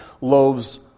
loaves